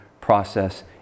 process